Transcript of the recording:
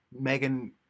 Megan